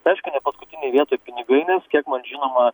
tai aišku ne paskutinėj vietoj pinigai nes kiek man žinoma